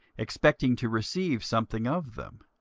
expecting to receive something of them.